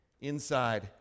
inside